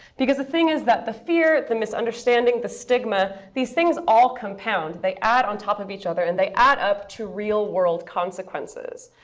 because the thing is that the fear, the misunderstanding, the stigma these things all compound. they add on top of each other. and they add up to real world consequences.